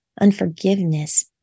unforgiveness